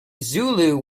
zulu